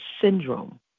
Syndrome